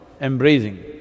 embracing